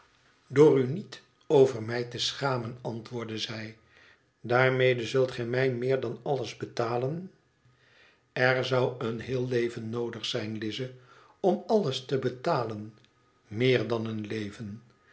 door u niet over mij te schamen antwoordde zij daarmede zult gij mij meer dan alles betalen er zou een geheel leven noodig zijn lize om alles te betalen nieer dan een leven